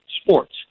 sports